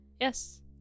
Yes